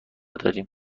داریم